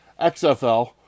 XFL